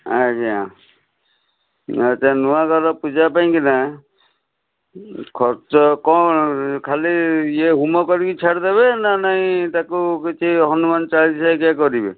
ଆଜ୍ଞା ଆଚ୍ଛା ନୂଆ ଘର ପୂଜା ପାଇଁକିନା ଖର୍ଚ୍ଚ କ'ଣ ଖାଲି ଇଏ ହୋମ କରିକି ଛାଡ଼ିଦେବେ ନା ନାଇଁ ତାକୁ କିଛି ହନୁମାନ ଚାଳିଶା ହେରିକା କରିବେ